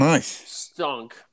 stunk